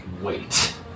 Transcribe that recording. Wait